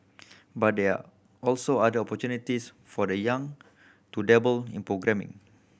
but there are also other opportunities for the young to dabble in programming